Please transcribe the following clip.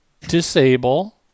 disable